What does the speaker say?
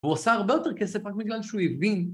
הוא עושה הרבה יותר כסף רק בגלל שהוא הבין.